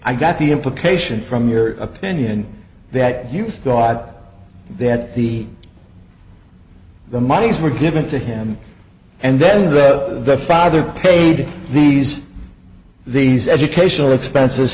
i got the implication from your opinion that you thought that the the moneys were given to him and then the father paid these these educational expenses